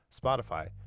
Spotify